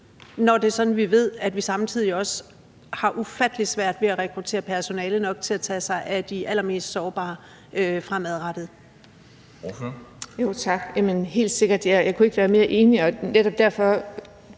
når det er sådan, at vi ved, at vi samtidig også har ufattelig svært ved at rekruttere personale nok til at tage sig af de allermest sårbare fremadrettet?